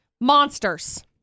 monsters